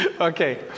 Okay